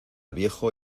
viejo